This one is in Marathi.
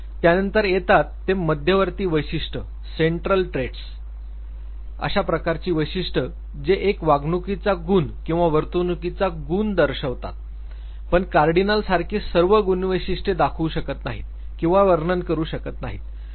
त्यानंतर येतात ते मध्यवर्ती वैशिष्ट अशा प्रकारची वैशिष्ट जे एक वागणुकीचा गुण किंवा वर्तणुकीचा गुण दर्शवतात पण कार्डिनल सारखी सर्व गुणवैशिष्ट्ये दाखवू शकत नाहीत किंवा वर्णन करू शकत नाहीत